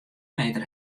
meter